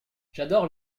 j’adore